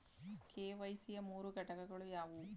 KYC ಯ ಮೂರು ಘಟಕಗಳು ಯಾವುವು?